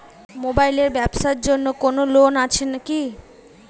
Mobile এর ব্যাবসার জন্য কোন লোন আছে কি?